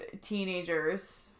teenagers